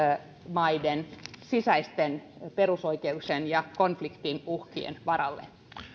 maiden sisäisten perusoikeuksien ja konfliktin uhkien varalle